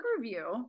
review